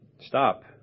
stop